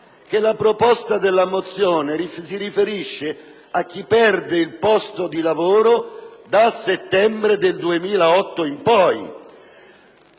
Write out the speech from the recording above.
la proposta della mozione si riferisce a chi perde il posto di lavoro dal 1° settembre del 2008 in poi,